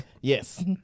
Yes